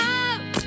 out